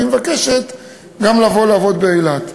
וגם היא מבקשת לבוא לעבוד באילת.